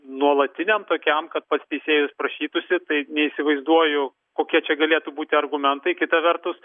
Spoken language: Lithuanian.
nuolatiniam tokiam kad pas teisėjus prašytųsi tai neįsivaizduoju kokia čia galėtų būti argumentai kita vertus